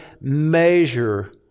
measure